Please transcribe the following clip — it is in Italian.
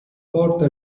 porta